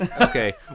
Okay